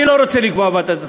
אני לא רוצה לקבוע לוועדת הסל.